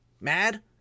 mad